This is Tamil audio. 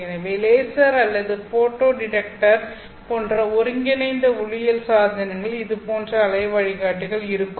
எனவே லேசர் அல்லது ஃபோட்டோ டிடெக்டர் போன்ற ஒருங்கிணைந்த ஒளியியல் சாதனங்களில் இதுபோன்ற அலை வழிகாட்டிகள் இருக்கும்